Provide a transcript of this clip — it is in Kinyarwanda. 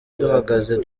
duhagaze